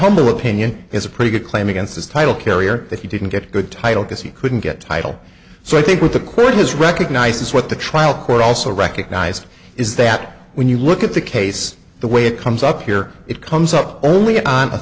humble opinion is a pretty good claim against his title carrier that he didn't get a good title because he couldn't get title so i think with the quickness recognizes what the trial court also recognized is that when you look at the case the way it comes up here it comes up only on